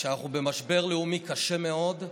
שאנחנו במשבר לאומי קשה מאוד,